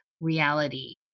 reality